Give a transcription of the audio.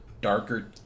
darker